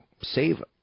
save